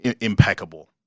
impeccable